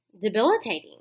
debilitating